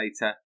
later